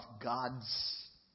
God's